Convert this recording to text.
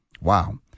Wow